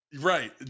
Right